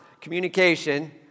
Communication